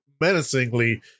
menacingly